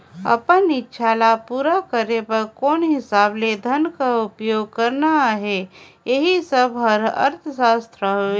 अपन इक्छा ल पूरा करे बर कोन हिसाब ले धन कर उपयोग करना अहे एही सब हर अर्थसास्त्र हवे